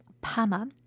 PAMA